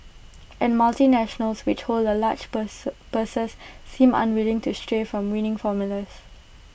and multinationals which hold the large purse purses seem unwilling to stray from winning formulas